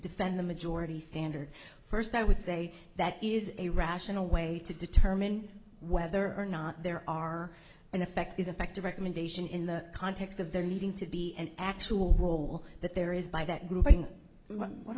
defend the majority standard first i would say that is a rational way to determine whether or not there are in effect is in fact a recommendation in the context of there needing to be an actual bowl that there is by that grouping what